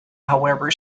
however